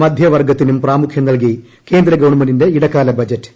മധ്യവർഗ്ഗത്തിനും പ്രാമുഖ്യം നല്കി കേന്ദ്രഗവൺമെന്റിന്റെ ഇടക്കാല ബജറ്റ്